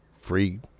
free